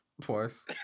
twice